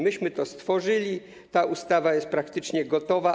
Myśmy to stworzyli, ta ustawa jest praktycznie gotowa.